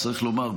צריך לומר,